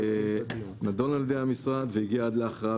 זה נידון על ידי המשרד והגיע עד להכרעה